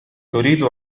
تريد